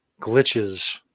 glitches